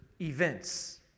events